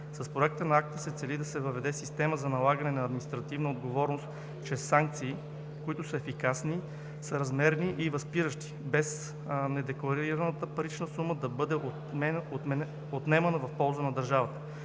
С Проекта на акт се цели да се въведе система за налагане на административна отговорност чрез санкции, които са ефикасни, съразмерни и възпиращи, без недекларираната парична сума да бъде отнемана в полза на държавата.